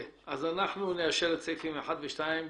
אנחנו נאשר את סעיפים 1 ו-2,